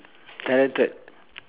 talented